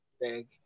big